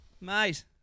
Mate